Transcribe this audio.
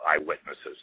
eyewitnesses